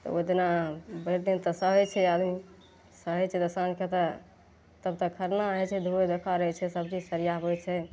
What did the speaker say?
ओइदिना भरि दिन तऽ सहय छै आर उ सहय छै तऽ साँझके तऽ तब तऽ खरना होइ छै धोअइ धोखारय छै सबकिछु सरियाबय छै